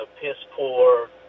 piss-poor